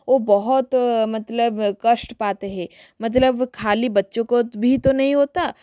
ओ बहुत मतलब कष्ट पाते हैं मतलब खाली बच्चों को भी तो नहीं होता